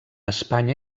espanya